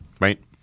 right